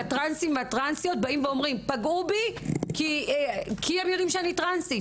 שהטרנסים והטרנסיות אומרים שפגעו בהם בגלל שהם טרנסים.